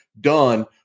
done